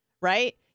Right